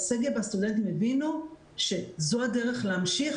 הסגל והסטודנטים הבינו שזו הדרך להמשיך,